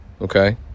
Okay